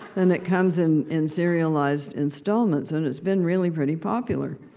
and it comes in in serialized installments, and it's been, really, pretty popular.